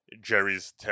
Jerry's